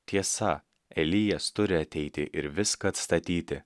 tiesa elijas turi ateiti ir viską atstatyti